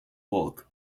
bulk